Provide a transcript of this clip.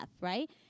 right